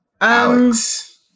Alex